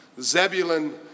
Zebulun